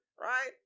Right